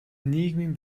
нийгмийн